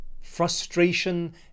frustration